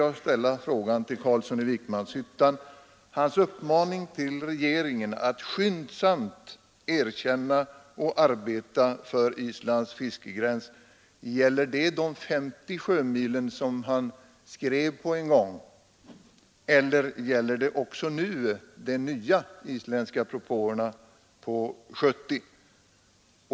Jag vill då fråga herr Carlsson i Vikmanshyttan om hans uppmaning till regeringen att skyndsamt vidta åtgärder för att få till stånd ett erkännande av Islands fiskegräns gäller den på 50 sjömil, som han talade om i sin interpellation, eller den på 70 sjömil enligt de nya isländska propåerna.